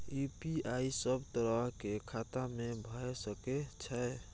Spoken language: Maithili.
यु.पी.आई सब तरह के खाता में भय सके छै?